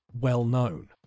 well-known